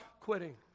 quitting